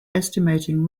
estimating